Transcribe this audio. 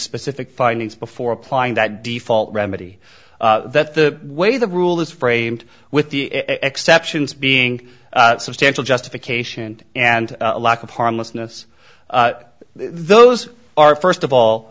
specific findings before applying that default remedy that the way the rule is framed with the exceptions being substantial justification and a lack of harmlessness those are first of all